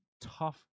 tough